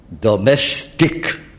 domestic